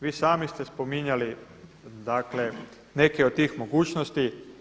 Vi sami ste spominjali dakle neke od tih mogućnosti.